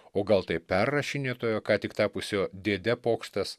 o gal tai perrašinėtojo ką tik tapusio dėde pokštas